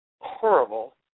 Horrible